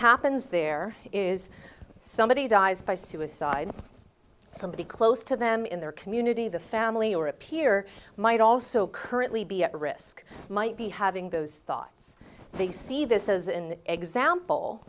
happens there is somebody dies by suicide somebody close to them in their community the family or a peer might also currently be at risk might be having those thoughts they see this as an example